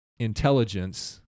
intelligence